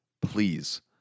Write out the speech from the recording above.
please